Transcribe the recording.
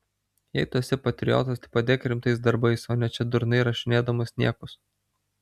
jei tu esi patriotas tai padėk rimtais darbais o ne čia durnai rašinėdamas niekus